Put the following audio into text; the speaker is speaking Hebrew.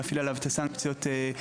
צריך להפעיל עליו את הסנקציות הכתובות בחוק.